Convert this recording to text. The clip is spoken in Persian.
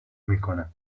میکنه